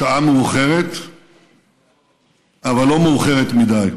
השעה מאוחרת אבל לא מאוחרת מדי.